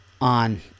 on